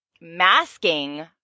masking